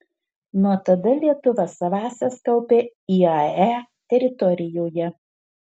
nuo tada lietuva savąsias kaupia iae teritorijoje